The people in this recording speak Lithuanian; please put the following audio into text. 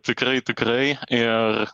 tikrai tikrai ir